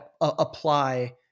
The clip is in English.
apply